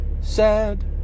sad